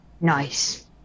Nice